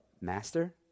Master